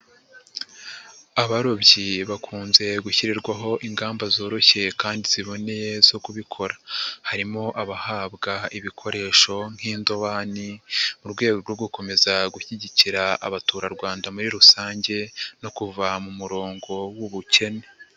Abarobyi bakunze gushyirirwaho ingamba zoroshye kandi ziboneye zo kubikora, harimo abahabwa ibikoresho nk'indobani mu rwego rwo gukomeza gushyigikira abaturarwanda muri rusange no kuva mu murongo w'ubukene.